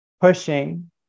pushing